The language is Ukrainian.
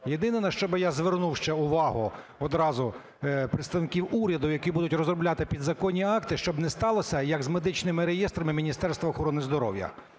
Єдине, на щоби я звернув ще увагу одразу представників уряду, які будуть розробляти підзаконні акти, щоб не сталося, як з медичними реєстрами Міністерства охорони здоров'я.